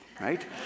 right